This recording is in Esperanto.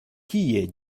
kie